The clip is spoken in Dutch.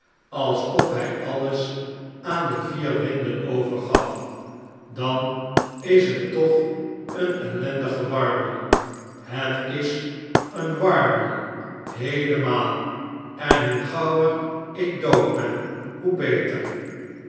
alsof hij alles aan de vier winden overgaf dan is het toch een ellendige warboel het is een warboel heelemaal en hoe gauwer ik dood ben hoe beter